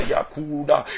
Yakuda